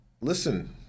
Listen